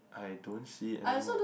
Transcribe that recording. I don't see anymore